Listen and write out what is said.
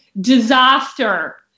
disaster